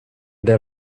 der